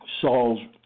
Saul's